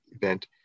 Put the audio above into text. event